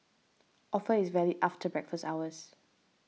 offer is valid after breakfast hours